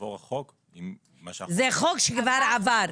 כשיעבור החוק --- זה חוק שכבר עבר.